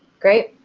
great,